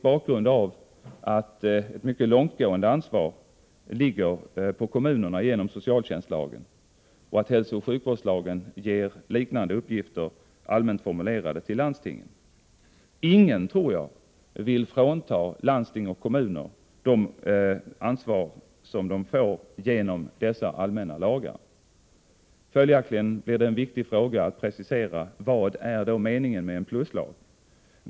Bakgrunden är att mycket långtgående ansvar ligger på kommunerna genom socialtjänstlagen och på landstingen genom hälsooch sjukvårdslagen. Ingen, tror jag, vill frånta landsting och kommuner det ansvar som de får genom dessa allmänna lagar. Följaktligen är det en viktig fråga att precisera: Vad är då meningen med en pluslag?